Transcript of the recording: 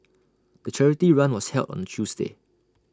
the charity run was held on A Tuesday